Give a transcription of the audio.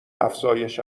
افزایش